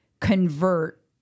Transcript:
convert